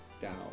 down